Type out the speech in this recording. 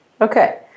okay